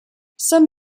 some